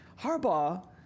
Harbaugh